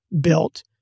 built